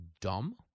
Dumb